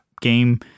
game